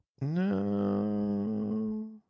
No